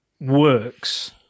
works